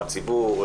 הציבור,